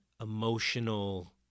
emotional